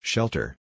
Shelter